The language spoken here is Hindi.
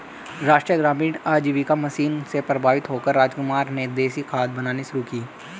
राष्ट्रीय ग्रामीण आजीविका मिशन से प्रभावित होकर रामकुमार ने देसी खाद बनानी शुरू की